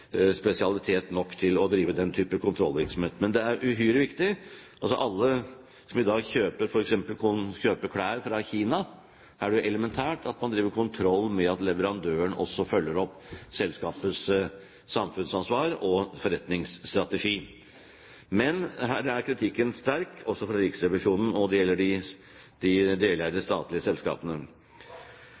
spesialitet nok til å drive den type kontrollvirksomhet. Men det er uhyre viktig. For alle som i dag f.eks. kjøper klær fra Kina, er det elementært at man driver kontroll med at leverandøren også følger opp selskapets samfunnsansvar og forretningsstrategi. Men her er kritikken sterk, også fra Riksrevisjonen, når det gjelder de deleide statlige selskapene.